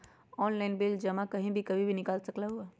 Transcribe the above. Online bill जमा कहीं भी कभी भी बिल निकाल सकलहु ह?